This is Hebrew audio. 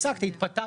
הפסקת התפטרת.